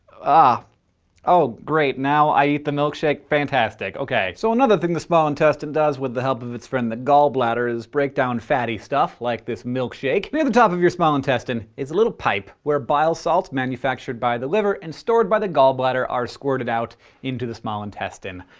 ah oh great, now i eat the milkshake? fantastic. okay. so another thing the small intestine does, with the help of its friend the gallbladder, is break down fatty stuff, like this milkshake. near the top of your small intestine is a little pipe where bile salts, manufactured by the liver and stored by the gallbladder, are squirted out into the small intestine.